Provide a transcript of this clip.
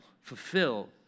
fulfill